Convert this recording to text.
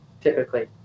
typically